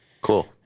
Cool